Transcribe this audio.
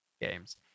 games